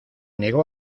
negó